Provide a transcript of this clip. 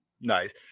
Nice